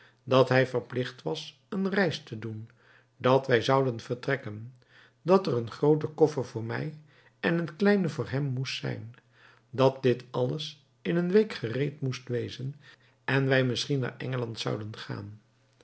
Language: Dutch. dat hij verplicht was een reis te doen dat wij zouden vertrekken dat er een groote koffer voor mij en een kleine voor hem moest zijn dat dit alles in een week gereed moest wezen en wij misschien naar engeland zouden gaan